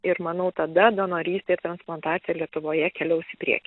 ir manau tada donorystė ir transplantacija lietuvoje keliaus į priekį